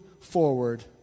forward